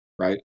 Right